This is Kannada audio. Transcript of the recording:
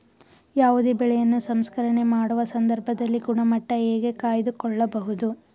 ಯಾವುದೇ ಬೆಳೆಯನ್ನು ಸಂಸ್ಕರಣೆ ಮಾಡುವ ಸಂದರ್ಭದಲ್ಲಿ ಗುಣಮಟ್ಟ ಹೇಗೆ ಕಾಯ್ದು ಕೊಳ್ಳಬಹುದು?